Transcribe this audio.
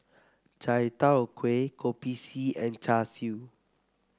Chai Tow Kuay Kopi C and Char Siu